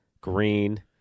green